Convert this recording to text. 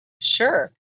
Sure